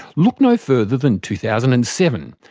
look no further than two thousand and seven,